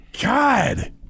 God